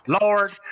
Lord